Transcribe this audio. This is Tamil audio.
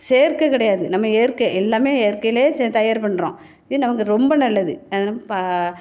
செயற்கை கிடையாது நம்ம இயற்கை எல்லாமே இயற்கைலேயே சேர்ந் தயார் பண்ணுறோம் இது நமக்கு ரொம்ப நல்லது அது நம்ம பா